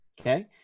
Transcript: okay